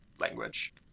language